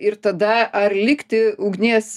ir tada ar likti ugnies